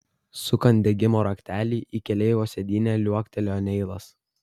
sukant degimo raktelį į keleivio sėdynę liuoktelėjo neilas